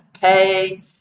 pay